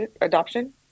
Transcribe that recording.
adoption